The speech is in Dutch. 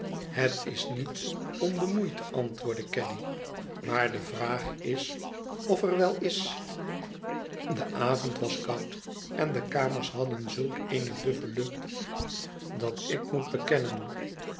het is niet om de moeite antwoordde caddy maar de vraag is of er wel is de avond was koud en de kamers hadden zulk eene duffe lucht dat ik moet bekennen